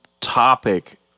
topic